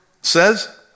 says